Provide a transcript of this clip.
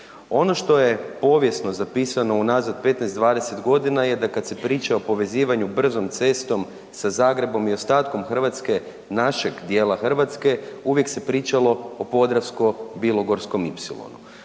Ono što je povijesno zapisano unazad 15, 20 godina je da kad se priča o povezivanju brzom cestom sa Zagrebom i ostatkom Hrvatske, našeg dijela Hrvatske, uvijek se pričalo o podravsko-bilogorskom